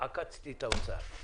עקצתי את האוצר,